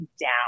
down